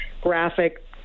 graphic